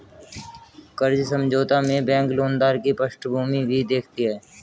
कर्ज समझौता में बैंक लेनदार की पृष्ठभूमि भी देखती है